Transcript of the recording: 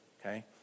Okay